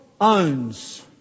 owns